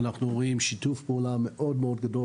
אנחנו רואים שיתוף פעולה מאוד מאוד גדול